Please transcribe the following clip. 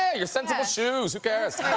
ah your sensible shoes. who cares?